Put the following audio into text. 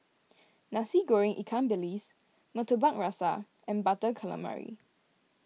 Nasi Goreng Ikan Bilis Murtabak Rusa and Butter Calamari